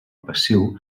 passiu